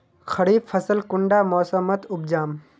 खरीफ फसल कुंडा मोसमोत उपजाम?